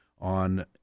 on